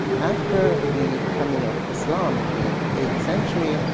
after the coming of islam in the eighth century,